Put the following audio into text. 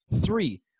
three